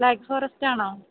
black forest ആണോ